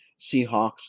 Seahawks